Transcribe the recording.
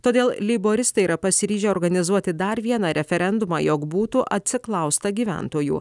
todėl leiboristai yra pasiryžę organizuoti dar vieną referendumą jog būtų atsiklausta gyventojų